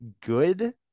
good